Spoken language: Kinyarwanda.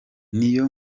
niyo